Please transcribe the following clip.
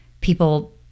people